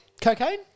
cocaine